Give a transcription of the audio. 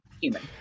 human